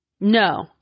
No